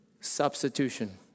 substitution